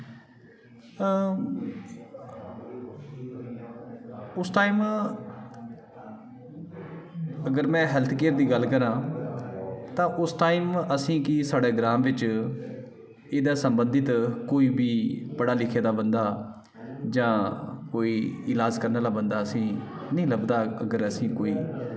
आं उस टाइम अगर में हेल्थ केयर दी गल्ल करांऽ तां उस टाइम असें गी साढ़े ग्रांऽ बिच एह्दे संबंधित कोई बी पढ़े लिखे दा बंदा जां कोई इलाज़ करना आह्ला बंदा असें ई नेईं लभदा अगर असें कोई